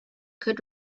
could